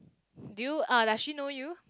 do you uh does she know you